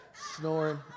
snoring